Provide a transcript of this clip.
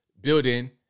building